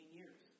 years